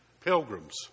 pilgrims